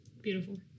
Beautiful